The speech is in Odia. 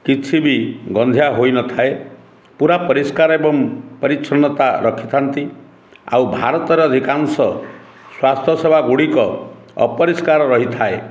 କିଛି ବି ଗନ୍ଧିଆ ହୋଇନଥାଏ ପୁରା ପରିଷ୍କାର ଏବଂ ପରିଚ୍ଛନ୍ନତା ରଖିଥାନ୍ତି ଆଉ ଭାରତର ଅଧିକାଂଶ ସ୍ୱାସ୍ଥ୍ୟ ସେବା ଗୁଡ଼ିକ ଅପରିଷ୍କାର ରହିଥାଏ